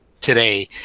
today